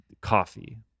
coffee